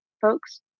folks